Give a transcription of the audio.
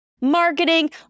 marketing